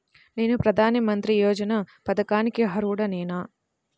నేను ప్రధాని మంత్రి యోజన పథకానికి అర్హుడ నేన?